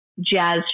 jazz